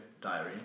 diary